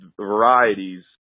varieties